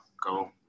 go